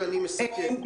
ואני מסכם.